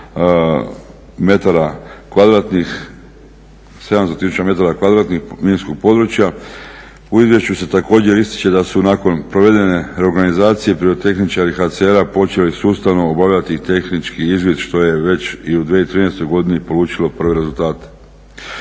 minskog područja. U izvješću se također ističe da su nakon provedene reorganizacije pirotehničari HCR-a počeli sustavno obavljati tehničke izvještaje već i u 2013. godini polučilo prve rezultate.